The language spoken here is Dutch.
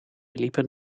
liepen